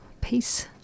Peace